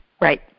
Right